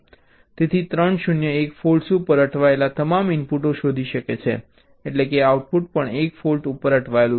તેથી 0 0 0 1 ફૉલ્ટ્સ ઉપર અટવાયેલા તમામ ઇનપુટને શોધી શકે છે એટલેકે આઉટપુટ પણ 1 ફૉલ્ટ ઉપર અટવાયેલું છે